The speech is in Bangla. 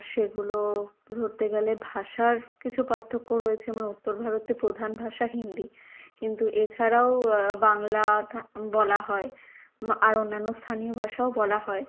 সেগুলো ধরতে গেলে ভাষার কিছু পার্থক্য রয়েছে মানে উত্তর ভারতে প্রধান ভাষা হিন্দি কিন্তু এছাড়াও বাংলা বলা হয় আর অন্যান্য স্থানীয় ভাষাও বলা হয়